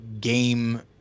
game